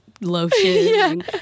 lotion